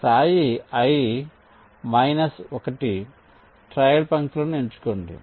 స్థాయి i minus 1 trial పంక్తులను ఎంచుకోండి